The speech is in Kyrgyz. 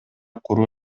куруу